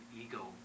ego